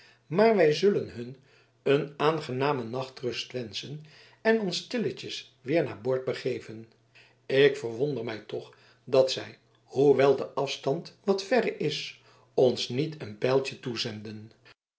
maar wij zullen hun een aangename nachtrust wenschen en ons stilletjes weer naar boord begeven ik verwonder mij toch dat zij hoewel de afstand wat verre is ons niet een pijltje toezenden